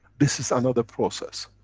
this is another process.